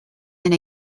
and